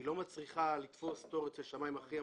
היא לא מצריכה לתפוס תור אצל שמאי מכריע,